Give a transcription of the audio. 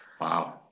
Wow